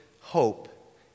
hope